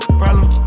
problem